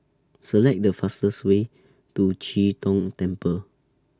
Select The fastest Way to Chee Tong Temple